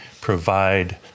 provide